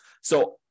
So-